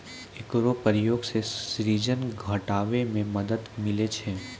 एकरो प्रयोग सें सूजन घटावै म मदद मिलै छै